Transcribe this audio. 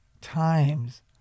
times